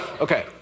okay